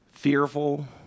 Fearful